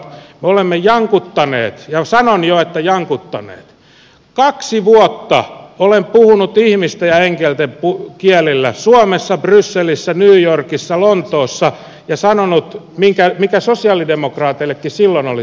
olemme jankuttaneet sanoin jo että jankuttaneet kaksi vuotta olen puhunut ihmisten ja enkelten kielillä suomessa brysselissä new yorkissa ja lontoossa ja sanonut mikä sosialidemokraateillekin silloin oli selvää